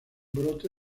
brote